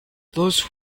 those